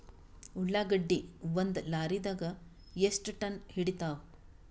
ಉಳ್ಳಾಗಡ್ಡಿ ಒಂದ ಲಾರಿದಾಗ ಎಷ್ಟ ಟನ್ ಹಿಡಿತ್ತಾವ?